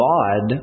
God